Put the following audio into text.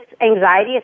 anxiety